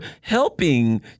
helping